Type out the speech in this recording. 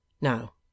Now